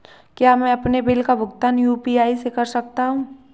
क्या मैं अपने बिल का भुगतान यू.पी.आई से कर सकता हूँ?